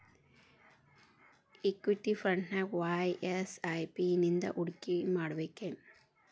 Equity ಫ್ರಂಟ್ನ್ಯಾಗ ವಾಯ SIP ನಿಂದಾ ಹೂಡ್ಕಿಮಾಡ್ಬೆಕೇನು?